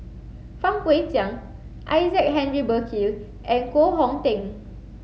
Fang Guixiang Isaac Henry Burkill and Koh Hong Teng